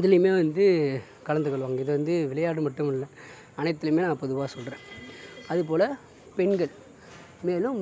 இதுலையுமே வந்து கலந்துகொள்ளுவாங்க இது வந்து விளையாட்டு மட்டுமல்ல அனைத்திலயுமே நான் பொதுவாக சொல்கிறேன் அதுபோல பெண்கள் மேலும்